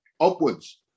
Upwards